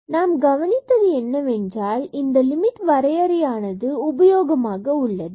மற்றும் நாம் கவனித்தது என்னவென்றால் இந்த லிமிட் வரையறை ஆனது மிகவும் உபயோகமாக உள்ளது